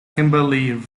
kimberley